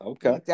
Okay